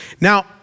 Now